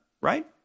right